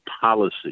policy